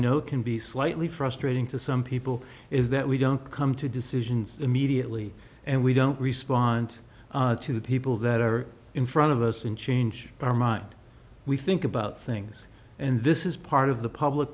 know can be slightly frustrating to some people is that we don't come to decisions immediately and we don't respond to the people that are in front of us and change our mind we think about things and this is part of the public